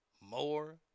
more